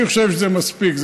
אני חושב שזה מספיק,